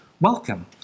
Welcome